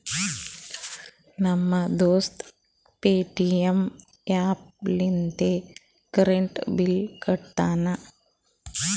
ನಮ್ ದೋಸ್ತ Paytm app ಲಿಂತೆ ಕರೆಂಟ್ ಬಿಲ್ ಕಟ್ಟತಾನ್